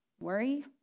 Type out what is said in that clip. worry